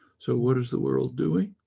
so what is the world doing?